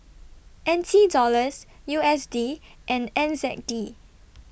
N T Dollars U S D and N Z D